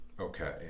okay